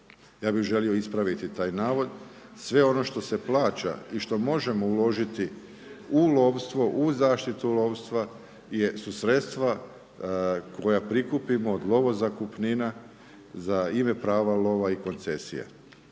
Ja bi želio ispraviti taj navod. Sve ono što se plaća i što možemo uložiti u lovstvo, u zaštitu lovstva su sredstva koja prikupimo od lovo zakupnina za ime, prava lova i koncesije.